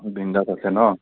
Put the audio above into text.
বিনদাছ আছে ন